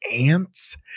ants